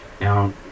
now